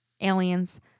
aliens